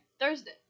Thursday